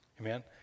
Amen